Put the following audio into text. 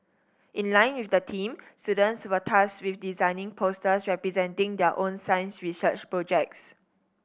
in line with the theme students were tasked with designing posters representing their own science research projects